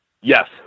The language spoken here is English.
Yes